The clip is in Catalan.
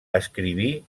escriví